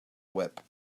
whip